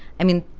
i mean,